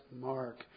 mark